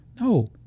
No